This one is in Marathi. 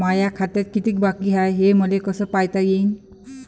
माया खात्यात कितीक बाकी हाय, हे मले कस पायता येईन?